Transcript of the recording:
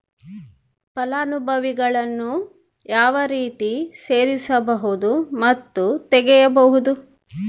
ಫಲಾನುಭವಿಗಳನ್ನು ಯಾವ ರೇತಿ ಸೇರಿಸಬಹುದು ಮತ್ತು ತೆಗೆಯಬಹುದು?